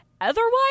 otherwise